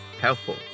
helpful